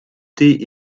thé